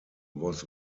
was